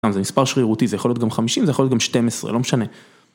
זה מספר שרירותי, זה יכול להיות גם 50, זה יכול להיות גם 12, לא משנה.